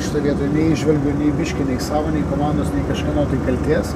šitoj vietoj neįžvelgiu nei biškį nei savo nei komandos nei kažkieno kaltės